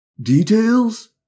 Details